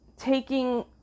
taking